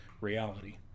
reality